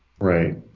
Right